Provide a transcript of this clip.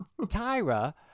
Tyra